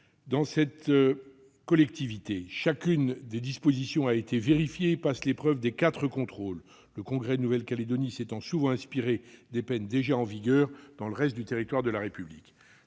dans cette collectivité. Chacune des dispositions a été vérifiée et passe l'épreuve des quatre contrôles, le Congrès de Nouvelle-Calédonie s'étant souvent inspiré des peines déjà en vigueur dans le reste du territoire de la République.